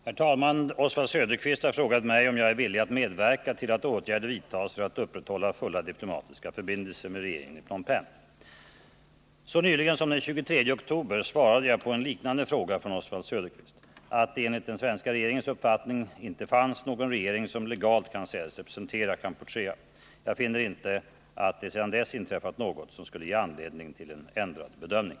Herr talman! Oswald Söderqvist har frågat mig om jag är villig att medverka till att åtgärder vidtas för att upprätta fulla diplomatiska förbindelser med regeringen i Phnom Penh. Så nyligen som den 23 oktober svarade jag på en liknande fråga av Oswald Söderqvist att det enligt den svenska regeringens uppfattning inte fanns någon regering som legalt kunde sägas representera Kampuchea. Jag finner inte att det sedan dess inträffat något som skulle ge anledning till en ändrad bedömning.